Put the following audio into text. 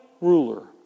ruler